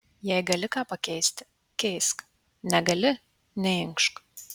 jei gali ką pakeisti keisk negali neinkšk